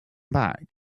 back